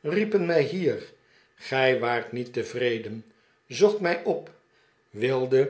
riepen mij hier gij waart niet tevreden zocht mij op wildet